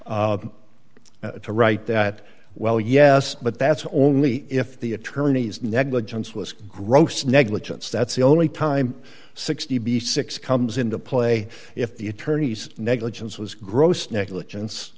right that well yes but that's only if the attorneys negligence was gross negligence that's the only time sixty b six comes into play if the attorneys negligence was gross negligence